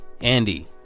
Andy